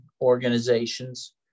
organizations